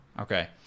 okay